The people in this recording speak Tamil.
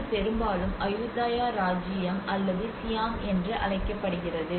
இது பெரும்பாலும் அயுதாய இராச்சியம் அல்லது சியாம் என்று அழைக்கப்படுகிறது